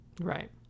Right